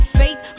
faith